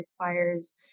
requires